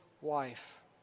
wife